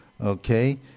okay